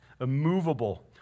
immovable